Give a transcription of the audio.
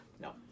No